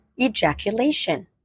ejaculation